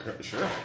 Sure